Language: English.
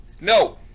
No